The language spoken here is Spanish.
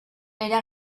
era